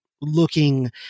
looking